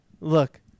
look